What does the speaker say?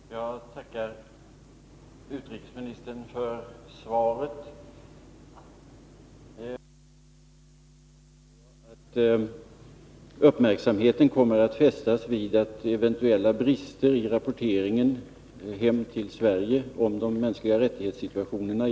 Herr talman! Jag tackar utrikesministern för det kompletterande svaret. Därmed förstår jag att uppmärksamheten kommer att fästas vid eventuella brister i rapporteringen hem till Sverige om situationen när det gäller de mänskliga rättigheterna i olika länder.